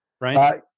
Right